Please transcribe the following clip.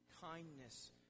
kindness